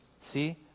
See